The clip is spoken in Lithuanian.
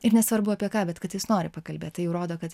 ir nesvarbu apie ką bet kad jis nori pakalbėt tai jau rodo kad